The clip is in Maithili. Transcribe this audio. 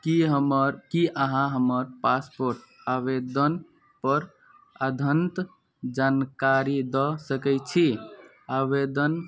की हमर की अहाँ हमर पासपोर्ट आवेदनपर अद्यतन जानकारी दऽ सकय छी आवेदन